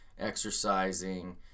exercising